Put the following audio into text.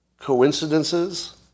coincidences